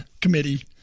committee